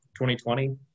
2020